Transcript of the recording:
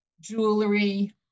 jewelry